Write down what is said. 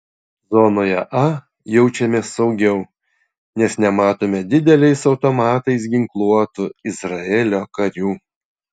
zonoje a jaučiamės saugiau nes nematome dideliais automatais ginkluotų izraelio karių